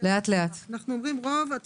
מרגע זה